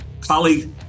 colleague